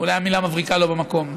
אולי המילה מבריקה לא במקום.